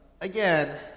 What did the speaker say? again